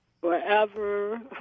Forever